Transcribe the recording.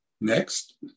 Next